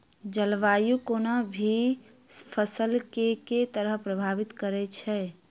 जलवायु कोनो भी फसल केँ के तरहे प्रभावित करै छै?